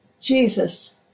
Jesus